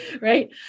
right